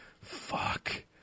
fuck